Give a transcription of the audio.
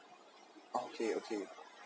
okay okay